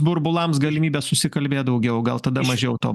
burbulams galimybę susikalbėt daugiau gal tada mažiau to